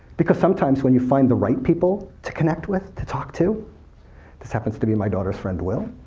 because sometimes when you find the right people to connect with, to talk to this happens to be my daughter's friend, will